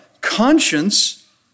conscience